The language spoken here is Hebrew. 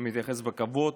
מתייחס בכבוד